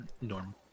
normal